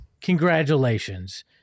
congratulations